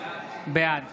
בעד